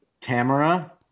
Tamara